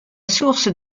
source